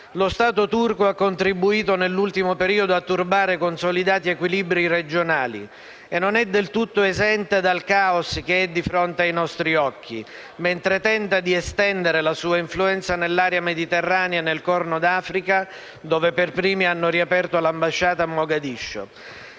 Lo Stato turco ha contribuito nell'ultimo periodo a turbare consolidati equilibri regionali e non è del tutto esente dal caos che è di fronte ai nostri occhi, mentre tenta di estendere la sua influenza nell'area mediterranea e nel Corno d'Africa, dove per primi hanno riaperto l'ambasciata a Mogadiscio.